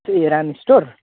A Ram store